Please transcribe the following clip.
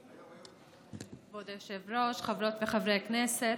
כבוד היושב-ראש, חברות וחברי הכנסת,